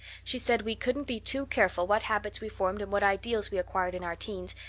she said we couldn't be too careful what habits we formed and what ideals we acquired in our teens,